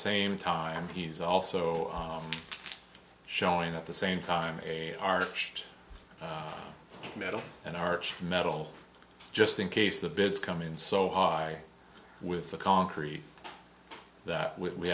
same time he's also showing at the same time a arched metal and arch metal just in case the bids come in so high with the concrete that we